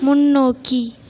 முன்னோக்கி